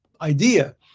idea